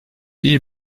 iyi